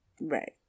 Right